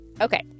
Okay